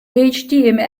html